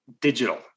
digital